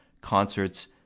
concerts